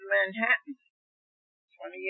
Manhattan